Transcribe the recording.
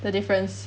the difference